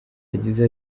yagize